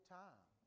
time